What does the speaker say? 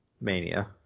Mania